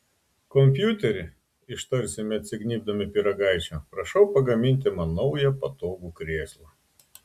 kompiuteri ištarsime atsignybdami pyragaičio prašau pagaminti man naują patogų krėslą